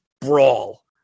brawl